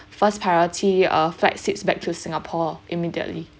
first priority uh flight seats back to singapore immediately